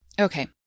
Okay